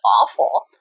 awful